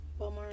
Walmart